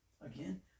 Again